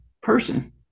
person